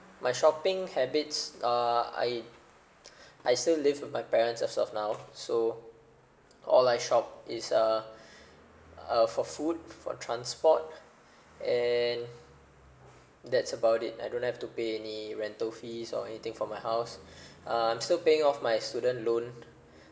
my shopping habits uh I I still live with my parents as of now so all I shop is uh uh for food for transport and that's about it I don't have to pay any rental fees or anything for my house um I'm still paying off my student loan